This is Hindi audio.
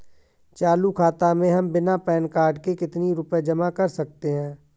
चालू खाता में हम बिना पैन कार्ड के कितनी रूपए जमा कर सकते हैं?